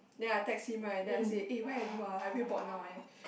then I text him right then I say eh where are you ah I very bored now eh